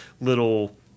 little